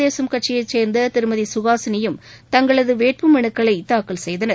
தேசகட்சியைசேர்ந்ததிருமதிசுகாசினியும் தங்களதுவேட்புமனுக்களைதாக்கல் செய்தனர்